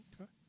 Okay